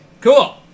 Cool